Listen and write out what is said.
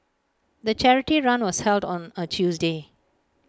the charity run was held on A Tuesday